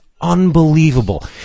unbelievable